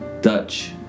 Dutch